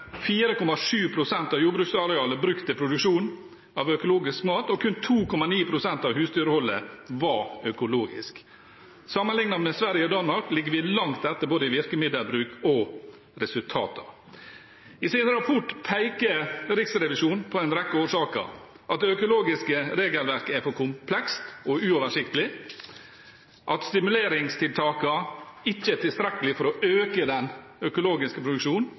av jordbruksarealet brukt til produksjon av økologisk mat, og kun 2,9 pst. av husdyrholdet var økologisk. Sammenlignet med Sverige og Danmark ligger vi langt etter både i virkemiddelbruk og resultater. I sin rapport peker Riksrevisjonen på en rekke årsaker: at det økologiske regelverket er for komplekst og uoversiktlig, at stimuleringstiltakene ikke er tilstrekkelig for å øke den økologiske produksjonen,